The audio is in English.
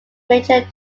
major